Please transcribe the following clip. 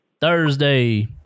Thursday